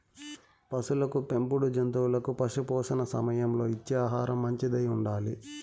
పసులకు పెంపుడు జంతువులకు పశుపోషణ సమయంలో ఇచ్చే ఆహారం మంచిదై ఉండాలి